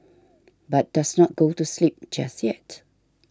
but does not go to sleep just yet